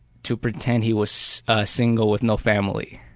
to pretend he was a single with no family.